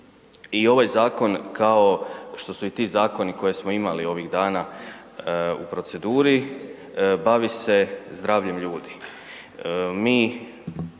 i ovaj zakon, kao što su i ti zakoni koje smo imali ovih dana u proceduri, bavi se zdravljem ljudi.